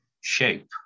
shape